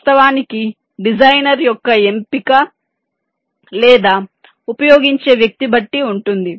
వాస్తవానికి డిజైనర్ యొక్క ఎంపిక లేదా ఉపయోగించే వ్యక్తి బట్టి ఉంటుంది